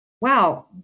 wow